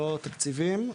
לא תקציבים,